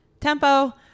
tempo